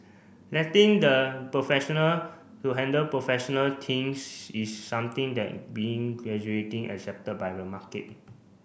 letting the professional to handle professional things is something that being graduating accepted by the market